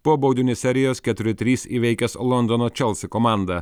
po baudinių serijos keturi trys įveikęs londono čelsi komandą